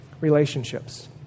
relationships